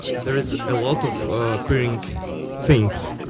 there is a lot of peering things,